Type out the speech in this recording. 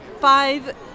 Five